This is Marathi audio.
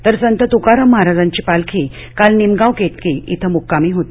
तर संत तुकाराम महाराजांची पालखी काल निमगाव केतकी श्री मुक्कामी होती